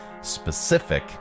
specific